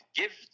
give